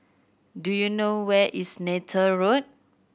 do you know where is Neythal Road